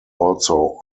also